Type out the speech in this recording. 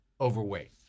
overweight